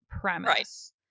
premise